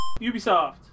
Ubisoft